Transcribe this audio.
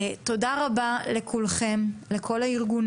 תודה רבה לכל הארגונים,